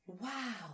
Wow